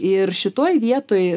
ir šitoj vietoj